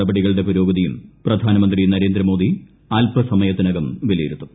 നടപടികളുടെ പുരോഗതിയും പ്രധാനമന്ത്രി നരേന്ദ്രമോദി അൽപസമയത്തിനകം വിലയിരുത്തും